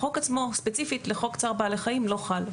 החוק עצמו ספציפית לחוק צער בעלי חיים לא חל,